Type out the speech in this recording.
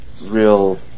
real